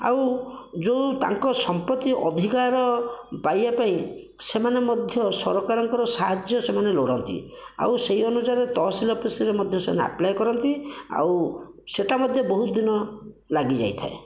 ଆଉ ଯେଉଁ ତାଙ୍କ ସମ୍ପତି ଅଧିକାର ପାଇବା ପାଇଁ ସେମାନେ ମଧ୍ୟ ସରକାରଙ୍କର ସାହାଯ୍ୟ ସେମାନେ ଲୋଡ଼ନ୍ତି ଆଉ ସେହି ଅନୁସାରେ ତହସିଲ ଅଫିସରେ ମଧ୍ୟ ସେମାନେ ଆପ୍ଲାୟ କରନ୍ତି ଆଉ ସେଇଟା ମଧ୍ୟ ବହୁତ ଦିନ ଲାଗି ଯାଇଥାଏ